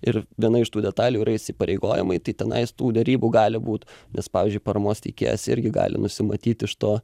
ir viena iš tų detalių yra įsipareigojimai tai tenais tų derybų gali būt nes pavyzdžiui paramos teikėjas irgi gali nusimatyt iš to